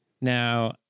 now